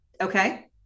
okay